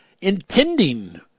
intending